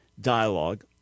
dialogue